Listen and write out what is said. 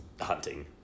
hunting